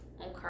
Okay